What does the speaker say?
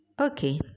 Okay